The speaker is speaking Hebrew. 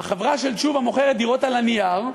החברה של תשובה מוכרת דירות על הנייר,